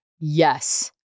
Yes